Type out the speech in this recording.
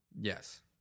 Yes